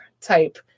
type